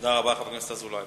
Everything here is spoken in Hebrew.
תודה רבה לחבר הכנסת אזולאי.